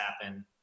happen